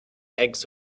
eggs